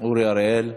אורי אריאל.